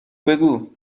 بگو